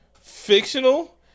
Fictional